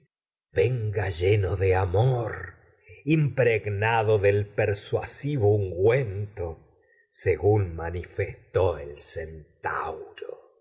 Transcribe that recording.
lleno de amor impregnado del persuasivo ungüento según manifestó el centauro